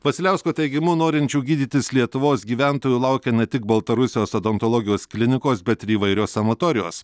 vasiliausko teigimu norinčių gydytis lietuvos gyventojų laukia ne tik baltarusijos odontologijos klinikos bet ir įvairios sanatorijos